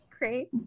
Great